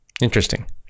Interesting